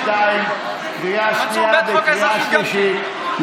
2022, לקריאה שנייה וקריאה שלישית.